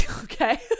okay